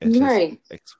Right